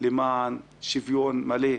למען שוויון מלא.